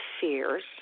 fears